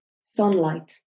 sunlight